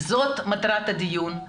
זאת מטרת הדיון.